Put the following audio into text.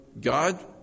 God